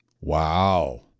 wow